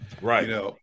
Right